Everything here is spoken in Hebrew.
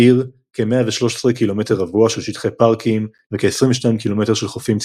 בעיר כ-113 קמ"ר של שטחי פארקים וכ-22 ק"מ של חופים ציבוריים.